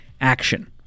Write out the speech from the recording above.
action